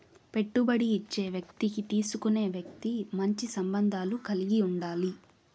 పెట్టుబడి ఇచ్చే వ్యక్తికి తీసుకునే వ్యక్తి మంచి సంబంధాలు కలిగి ఉండాలి